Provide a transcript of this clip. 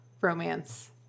romance